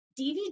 DVD